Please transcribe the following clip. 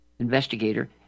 investigator